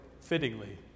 fittingly